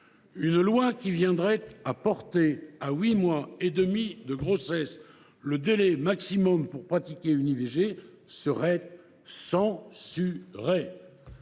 une loi qui viendrait porter à huit mois et demi de grossesse le délai maximal pour pratiquer une IVG serait censurée.